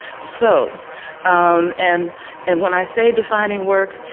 so um and and when i say defining work,